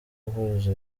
guhuza